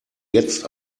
jetzt